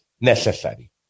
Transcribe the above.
necessary